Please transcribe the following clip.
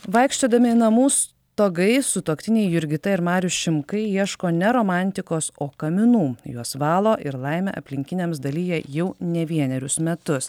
vaikščiodami namų stogais sutuoktiniai jurgita ir marius šimkai ieško ne romantikos o kaminų juos valo ir laimę aplinkiniams dalija jau ne vienerius metus